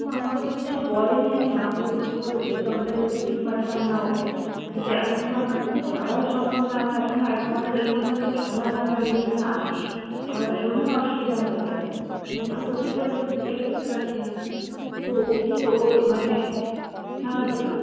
তো আমাকে তো কিছু বলেনি আমি না বললে কি করে বুঝবো আমি তালে স্কুলই পাঠাতাম না ওকে কিন্তু এখন তো আমার পক্ষে যাওয়াই সম্ভব না আমার এখনও এক ঘন্টা দেড় ঘন্টা মতো সময় লাগবে আমি যেখানে আছি আমার বেরোনোয় অসুবিধা হয়ে গেলো যাবো কী করে আমি তো সেটাই বুঝতে পারছি না তো ও কি ওর মানে হ্যাঁ বলুন